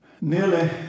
Nearly